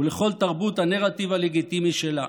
ולכל תרבות הנרטיב הלגיטימי שלה.